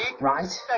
right